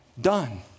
done